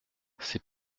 c’est